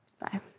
Bye